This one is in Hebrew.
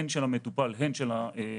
הן של המטופל והן של המטפל,